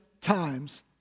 times